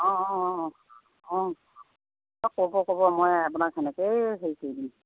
অঁ অঁ অঁ অঁ ক'ব ক'ব মই আপোনাক সেনেকৈয়ে হেৰি কৰি দিম